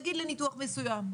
נגיד לניתוח מסוים,